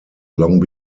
long